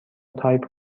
تایپ